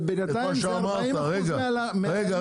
אבל בינתיים זה 40% מ --- רגע,